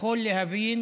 יכול להבין